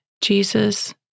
Jesus